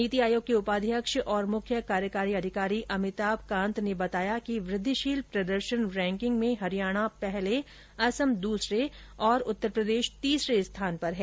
नीति आयोग के उपाध्यक्ष और मुख्य कार्यकारी अधिकारी अमिताभ कांत ने बताया कि वृद्दिशील प्रदर्शन रैंकिंग में हरियाणा पहले असम दूसरे और उत्तर प्रदेश तीसरे स्थान पर है